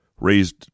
raised